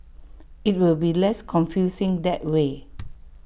IT will be less confusing that way